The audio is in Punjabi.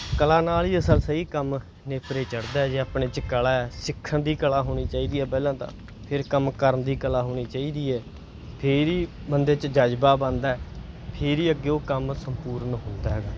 ਕਲਾ ਨਾਲ ਹੀ ਅਸਲ ਸਹੀ ਕੰਮ ਨੇਪਰੇ ਚੜ੍ਹਦਾ ਜੇ ਆਪਣੇ 'ਚ ਕਲਾ ਹੈ ਸਿੱਖਣ ਦੀ ਕਲਾ ਹੋਣੀ ਚਾਹੀਦੀ ਹੈ ਪਹਿਲਾਂ ਤਾਂ ਫੇਰ ਕੰਮ ਕਰਨ ਦੀ ਕਲਾ ਹੋਣੀ ਚਾਹੀਦੀ ਹੈ ਫੇਰ ਹੀ ਬੰਦੇ 'ਚ ਜਜ਼ਬਾ ਬਣਦਾ ਫੇਰ ਹੀ ਅੱਗੇ ਉਹ ਕੰਮ ਸੰਪੂਰਨ ਹੁੰਦਾ ਹੈਗਾ